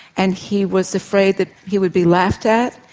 and he was afraid that he would be laughed at,